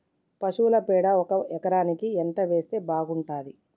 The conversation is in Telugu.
పశువుల పేడ ఒక ఎకరానికి ఎంత వేస్తే బాగుంటది?